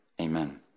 Amen